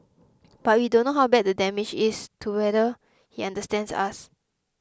but we don't know how bad the damage is to whether he understands us